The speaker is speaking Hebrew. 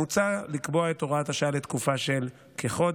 מוצע לקבוע את הוראת השעה לתקופה של כחודש,